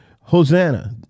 Hosanna